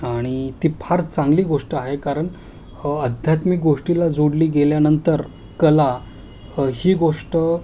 आणि ती फार चांगली गोष्ट आहे कारण अध्यात्मिक गोष्टीला जोडली गेल्यानंतर कला ही गोष्ट